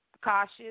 cautious